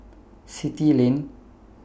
Still Lane